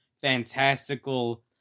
fantastical